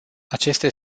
aceste